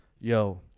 Yo